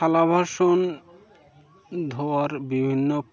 থালা বাসন ধোয়ার বিভিন্ন